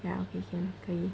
ya okay I can hear you